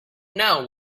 know